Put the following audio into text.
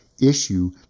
issue